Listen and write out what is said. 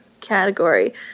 Category